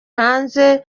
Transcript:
hanze